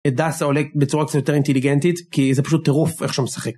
את דאסה עולה בצורה קצת יותר אינטליגנטית כי זה פשוט טירוף איך שהוא משחק.